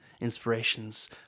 inspirations